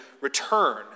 return